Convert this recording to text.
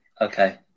Okay